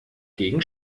gegen